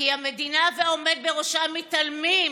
כי המדינה והעומד בראשה מתעלמים,